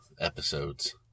episodes